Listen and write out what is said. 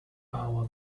hour